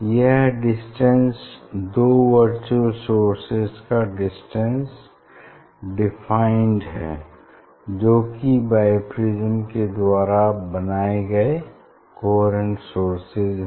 यह डिस्टेंस दो virtual sources का डिस्टेंस डिफाइंड है जो कि बाईप्रिज्म के द्वारा बनाए गए कोहेरेंट सोर्सेज है